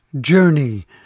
journey